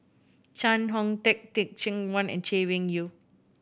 Chee Hong Tat Teh Cheang Wan and Chay Weng Yew